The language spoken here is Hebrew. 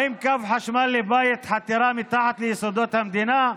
האם קו חשמל לבית הוא חתירה מתחת ליסודות המדינה?